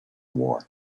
war